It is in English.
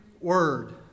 word